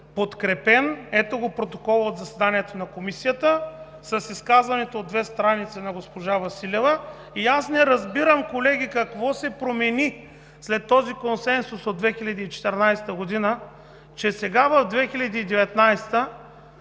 подкрепен. Ето го протокола от заседанието на Комисията с изказването от две страници на госпожа Василева. (Показва документа.) Аз не разбирам, колеги, какво се промени след този консенсус от 2014 г., че сега в 2019-а